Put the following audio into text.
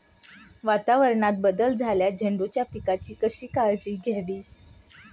वातावरणात बदल झाल्यास झेंडूच्या पिकाची कशी काळजी घ्यावी?